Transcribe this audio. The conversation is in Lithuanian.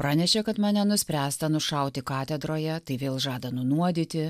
pranešė kad mane nuspręsta nušauti katedroje tai vėl žada nunuodyti